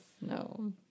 No